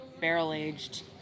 barrel-aged